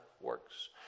works